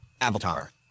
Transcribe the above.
Avatar